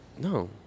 No